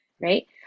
right